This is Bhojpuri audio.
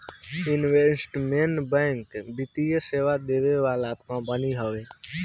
इन्वेस्टमेंट बैंक वित्तीय सेवा देवे वाला कंपनी हवे